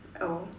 oh